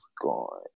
gone